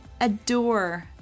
adore